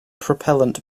propellant